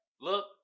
look